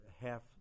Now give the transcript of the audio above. half